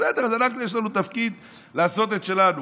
בסדר, אז אנחנו, יש לנו תפקיד לעשות את שלנו.